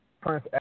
Prince